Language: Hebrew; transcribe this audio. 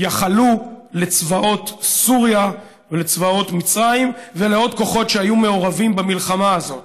יכלו לצבאות סוריה ולצבאות מצרים ולעוד כוחות שהיו מעורבים במלחמה הזאת.